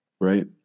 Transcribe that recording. Right